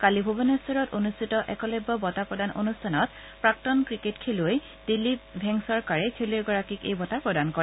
কালি ভূবনেখৰত অনুষ্ঠিত একলব্য বঁটা প্ৰদান অনুষ্ঠানত প্ৰাক্তন ক্ৰিকেট খেলুৱৈ দিলীপ ভেংসৰকাৰে খেলুৱৈগৰাকীক এই বঁটা প্ৰদান কৰে